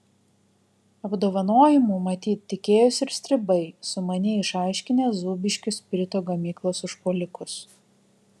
apdovanojimų matyt tikėjosi ir stribai sumaniai išaiškinę zūbiškių spirito gamyklos užpuolikus